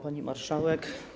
Pani Marszałek!